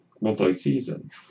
multi-season